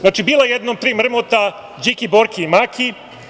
Znači, bila jednom tri mrmota: Điki, Borki i Maki.